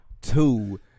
Two